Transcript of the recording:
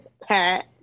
Pat